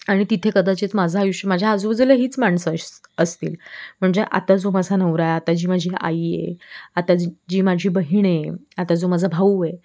आणि तिथे कदाचित माझं आयुष्य माझ्या आजूबाजूला हीच माणसं अश असतील म्हणजे आता जो माझा नवरा आहे आता जी माझी आई आहे आता जी माझी बहीण आहे आता जो माझा भाऊ आहे